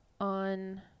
On